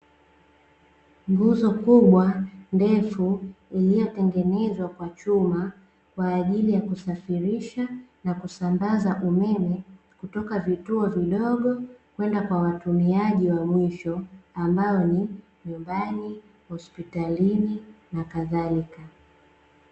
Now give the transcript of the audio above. Nguzo kubwa ndefu, iliyotengenezwa kwa chuma kwa ajili ya kusafirisha na kusambaza umeme, kutoka vituo vidogo kwenda kwa watumiaji wa mwisho, ambao ni; nyumbani, hospitalini na kadhalika.